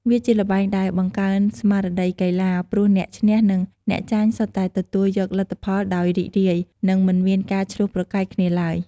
វាជាល្បែងដែលបង្កើនស្មារតីកីឡា ព្រោះអ្នកឈ្នះនិងអ្នកចាញ់សុទ្ធតែទទួលយកលទ្ធផលដោយរីករាយ និងមិនមានការឈ្លោះប្រកែកគ្នាឡើយ។